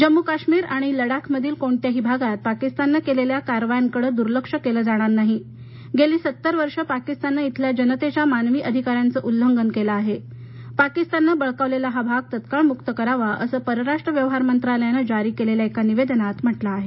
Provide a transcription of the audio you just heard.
जम्मू काश्मीर आणि लडाखमधील कोणत्याही भागात पाकीस्ताननं केलेल्या कारवायांकड़ दूर्लक्ष केलं जाणार नाही गेली सत्तर वर्षे पाकीस्ताननं इथंल्या जनतेच्या मानवी अधिकाराचं उल्लंघन केल आहे पाकिस्तानन बळकावलेला हा भूभाग तत्काळ मुक्त करावा असं परराष्ट्र व्यवहार मंत्रालयानं जारी केलेल्या एका निवेदनात म्हटल आहे